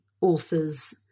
author's